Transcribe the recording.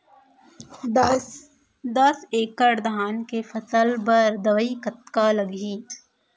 दस एकड़ धान के फसल बर दवई कतका लागही?